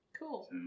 Cool